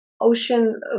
Ocean